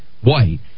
white